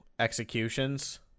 executions